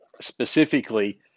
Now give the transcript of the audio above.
specifically